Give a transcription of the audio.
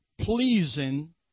pleasing